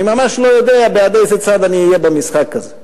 אני ממש לא יודע בעד איזה צד אני אהיה במשחק הזה".